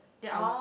then I was